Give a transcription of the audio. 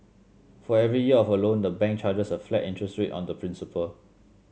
for every year of a loan the bank charges a flat interest rate on the principal